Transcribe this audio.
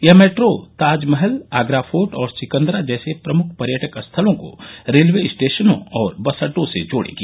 यह metro Taj Mahal Agra fort और सिकन्दरा जैसे प्रमुख पर्यटक स्थलों को रेलवे स्टेशनों और बस अड्डों से जोड़ेगी